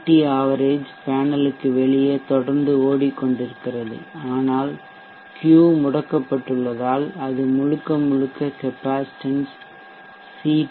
D average பேனலுக்கு வெளியே தொடர்ந்து ஓடிக்கொண்டிருக்கிறது ஆனால் Q முடக்கப்பட்டுள்ளதால் அது முழுக்க முழுக்க கெப்பாசிடன்ஸ் சி